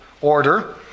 order